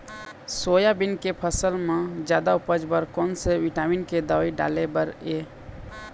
Soybean के फसल म जादा उपज बर कोन से विटामिन के दवई डाले बर ये?